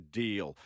deal